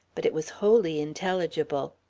but it was wholly intelligible.